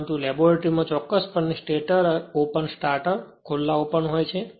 પરંતુ લેબોરેટરીમાં ચોક્કસપણે સ્ટેટર ઓપન સ્ટાર્ટર ખુલ્લા ઓપન હોય છે